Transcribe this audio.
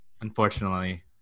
unfortunately